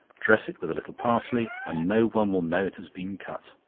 dress it with a little parsley, and no one will know it has been cut.